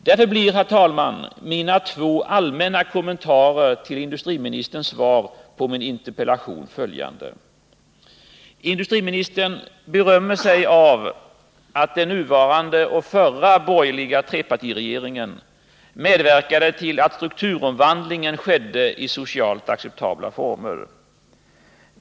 Därför blir, herr talman, mina två allmänna kommentarer till industriministerns svar på min interpellation följande: Industriministern berömmer sig av att den nuvarande och förra borgerliga trepartiregeringen medverkat till att strukturomvandlingen skett i socialt acceptabla former.